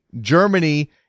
Germany